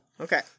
Okay